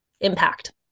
impact